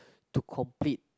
to complete